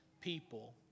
people